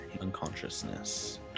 unconsciousness